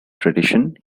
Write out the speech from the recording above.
tradition